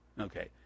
Okay